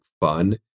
fun